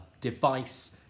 device